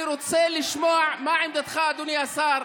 אני רוצה לשמוע מה עמדתך, אדוני השר.